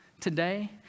Today